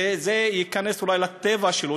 וזה ייכנס אולי לטבע שלו,